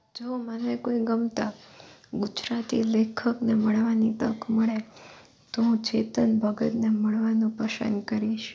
જો મને કોઈ ગમતા ગુજરાતી લેખકને મળવાની તક મળે તો હું ચેતન ભગતને મળવાનું પસંદ કરીશ